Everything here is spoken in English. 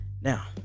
Now